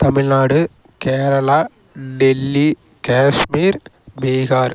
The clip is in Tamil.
தமிழ்நாடு கேரளா டெல்லி கேஷ்மீர் பீகார்